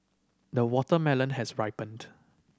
the watermelon has ripened